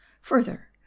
Further